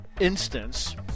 Instance